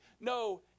no